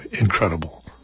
Incredible